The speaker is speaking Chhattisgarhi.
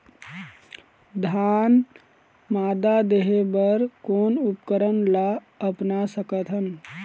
धान मादा देहे बर कोन उपकरण ला अपना सकथन?